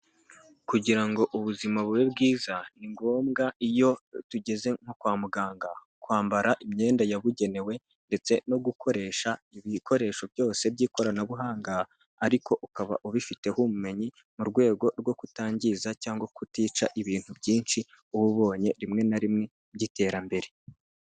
Kugira ngo ubuzima bube bwiza ni ngombwa iyo tugeze nko kwa muganga, kwambara imyenda yabugenewe ndetse no gukoresha ibikoresho byose by'ikoranabuhanga ariko ukaba ubifiteho ubumenyi, mu rwego rwo kutangiza cyangwa kutica ibintu byinshi uba ubonye rimwe na rimwe by'iterambere.